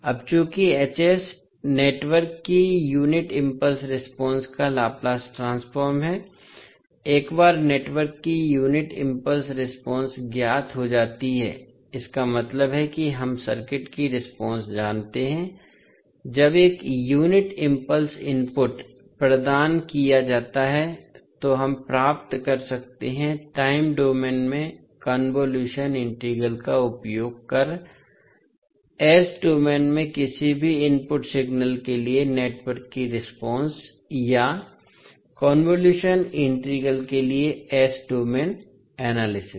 अब चूंकि नेटवर्क की यूनिट इम्पल्स रेस्पॉन्स का लाप्लास ट्रांसफॉर्म है एक बार नेटवर्क की यूनिट इम्पल्स रेस्पॉन्स ज्ञात हो जाती है इसका मतलब है कि हम सर्किट की रेस्पॉन्स जानते हैं जब एक यूनिट इम्पल्स इनपुट प्रदान किया जाता है तो हम प्राप्त कर सकते हैं टाइम डोमेन में कोंवोलुशन इंटीग्रल का उपयोग कर डोमेन में किसी भी इनपुट सिग्नल के लिए नेटवर्क की रेस्पॉन्स या कोंवोलुशन इंटीग्रल के लिए s डोमेन एनालिसिस